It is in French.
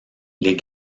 les